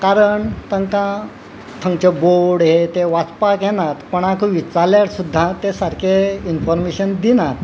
कारण तांकां थंयचे बोड हे ते वाचपाक येनात कोणाकूय विचारल्यार सुद्दां ते सारके इनफोर्मेशन दिनात